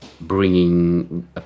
bringing